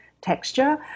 texture